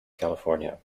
california